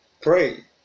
pray